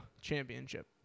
championship